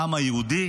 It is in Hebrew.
העם היהודי